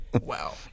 Wow